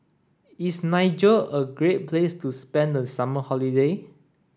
is Niger a great place to spend the summer holiday